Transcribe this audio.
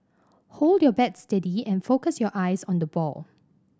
hold your bat steady and focus your eyes on the ball